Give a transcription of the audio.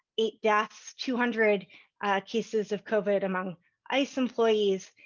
eight deaths, two hundred cases of covid among ice employees.